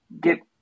get